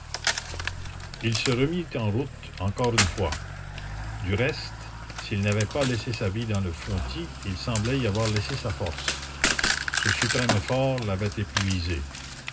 il se remit en route encore une fois du reste s'il n'avait pas laissé sa vie dans le fontis il semblait y avoir laissé sa force ce suprême effort l'avait épuisé